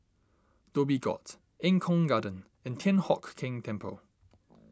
Dhoby Ghaut Eng Kong Garden and Thian Hock Keng Temple